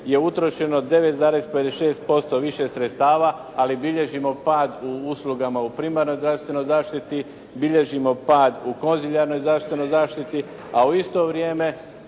je utrošeno 9,56% više sredstava, ali bilježimo pad u uslugama u primarnoj zdravstvenoj zaštiti, bilježimo pad u konzilijarnoj zdravstvenoj zaštiti, a u isto vrijeme